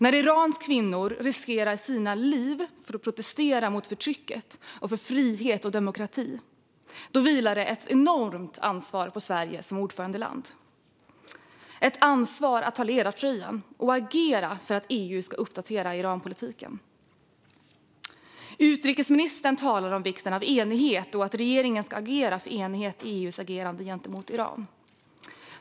När Irans kvinnor riskerar sina liv för att protestera mot förtrycket och för frihet och demokrati vilar ett enormt ansvar på Sverige som ordförandeland att ta ledartröjan och agera för att EU ska uppdatera Iranpolitiken. Utrikesministern talar om vikten av enighet och om att regeringen ska verka för enighet i EU:s agerande gentemot Iran.